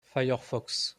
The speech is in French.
firefox